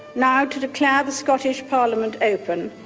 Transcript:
now to declare the scottish parliament open,